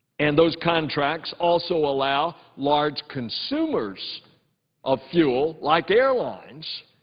and those contracts also allow large consumers of fuel, like airlines,